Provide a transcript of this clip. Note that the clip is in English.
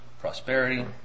prosperity